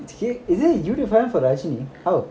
is it youtube fan for Asim